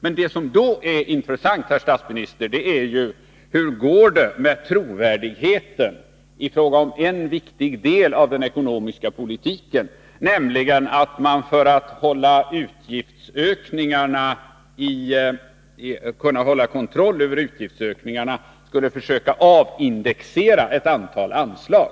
Men vad som då är intressant, herr statsminister, är hur det går med trovärdigheten i fråga om en viktig del av den ekonomiska politiken, nämligen inriktningen att hålla kontroll över utgiftsökningarna genom försök att avindexera ett antal anslag.